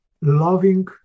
loving